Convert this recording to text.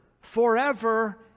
Forever